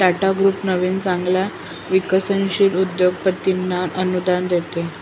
Tata group नवीन चांगल्या विकसनशील उद्योगपतींना अनुदान देते